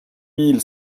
mille